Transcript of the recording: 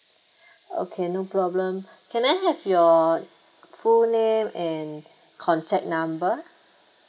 okay no problem can I have your full name and contact number